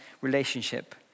relationship